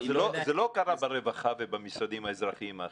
אבל זה לא קרה ברווחה ובמשרדים האזרחיים האחרים.